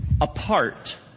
apart